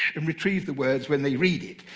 and retrieve the words when they read it.